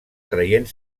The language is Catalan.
traient